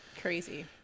Crazy